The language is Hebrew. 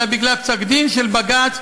אלא בגלל פסק-דין של בג"ץ,